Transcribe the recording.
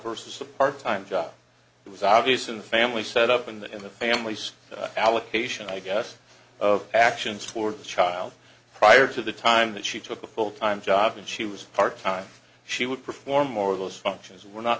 versus a part time job it was obvious in family set up in the in the family's allocation i guess of actions toward the child prior to the time that she took a full time job and she was part time she would perform more of those functions we're not